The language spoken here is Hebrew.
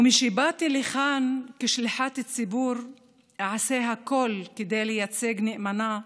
ומשבאתי לכן כשליחת ציבור אעשה הכול כדי לייצג נאמנה.